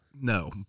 no